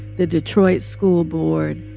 the detroit school board,